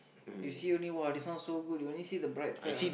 you see only !wah! this one so good you only see the bright side [what]